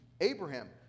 Abraham